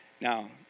Now